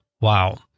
Wow